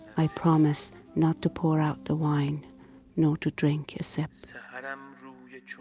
i promise not to pour out the wine nor to drink a sip. so but um